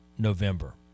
November